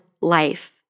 life